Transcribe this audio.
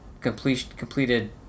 completed